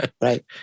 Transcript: Right